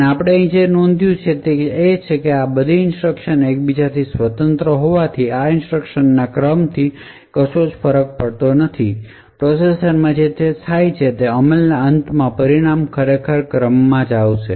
તેથી આપણે અહીં જે નોંધ્યું છે તે છે કે આ બધી ઇન્સટ્રકશન એક બીજાથી સ્વતંત્ર હોવાથી આ ઇન્સટ્રકશન ના ક્રમથી ફરક પડતો નથી પ્રોસેસર માં જે થાય છે તે અમલના અંતમાં પરિણામ ખરેખર ક્રમમાં જ આવે છે